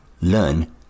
learn